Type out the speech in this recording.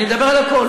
אני מדבר על הכול.